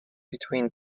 between